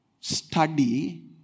study